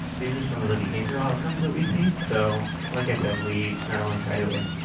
these are some of the behavioral outcomes that we see. so like i said, we not only try to and, like,